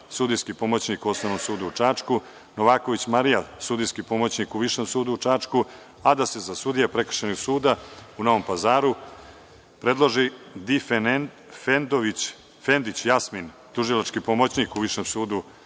sudijski pomoćnik u Osnovnom sudu u Čačku, Novaković Marija, sudijski pomoćnik u Višem sudu u Čačku, a da se za sudije Prekršajnog suda u Novom Pazaru predloži: Difendić Jasmin, tužilački pomoćnik u Višem javnom